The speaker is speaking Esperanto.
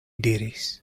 diris